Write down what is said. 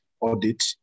audit